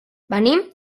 venim